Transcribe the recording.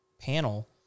panel